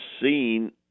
seen